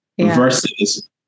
Versus